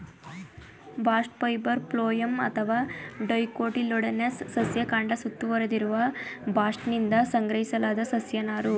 bast fibre phloem ಅಥವಾ dicotyledonous ಸಸ್ಯ ಕಾಂಡ ಸುತ್ತುವರೆದಿರುವ ಬಾಸ್ಟ್ನಿಂದ ಸಂಗ್ರಹಿಸಲಾದ ಸಸ್ಯ ನಾರು